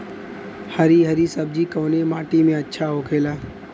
हरी हरी सब्जी कवने माटी में अच्छा होखेला?